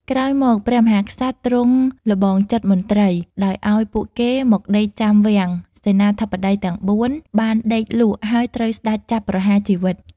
ក្រោយមក ព្រះមហាក្សត្រទ្រង់ល្បងចិត្តមន្ត្រី ដោយអោយពួកគេមកដេកចាំវាំង សេនាបតីទាំង ៤ បានដេកលក់ហើយត្រូវស្តេចចាប់ប្រហារជីវិត។